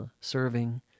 serving